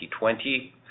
2020